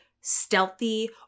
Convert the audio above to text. stealthy